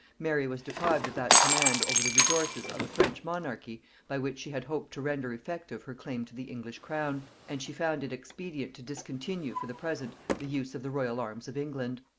mary was deprived of that command over the resources of the french monarchy by which she had hoped to render effective her claim to the english crown, and she found it expedient to discontinue for the present the use of the royal arms of england.